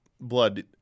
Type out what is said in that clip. blood